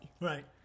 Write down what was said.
Right